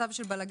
מצב של בלגן,